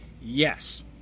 Yes